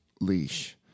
leash